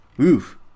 Oof